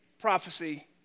prophecy